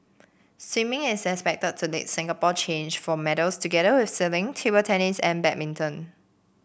swimming is expected to lead Singapore change for medals together with sailing table tennis and badminton